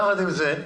יחד עם זה,